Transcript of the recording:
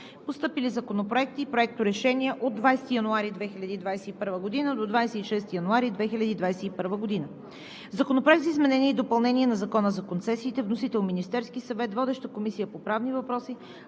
Постъпили законопроекти и проекторешения от 20 януари 2021 г. до 26 януари 2021 г.: Законопроект за изменение и допълнение на Закона за концесиите. Вносител е Министерският съвет. Водеща е Комисията по правни въпроси.